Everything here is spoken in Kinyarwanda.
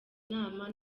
inama